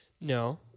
No